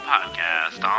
Podcast